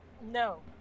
no